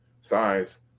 size